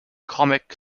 comic